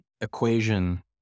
equation